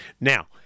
Now